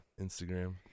instagram